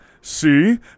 see